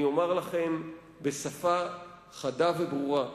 אני אומר לכם בשפה חדה וברורה: